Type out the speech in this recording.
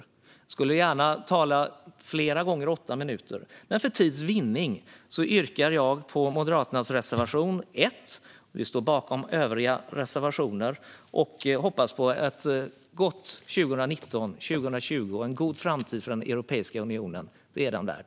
Jag skulle gärna tala flera gånger åtta minuter, men för tids vinnande yrkar jag bifall till Moderaternas reservation 1. Vi står bakom övriga reservationer. Jag hoppas på ett gott 2019-2020 och en god framtid för Europeiska unionen. Det är den värd.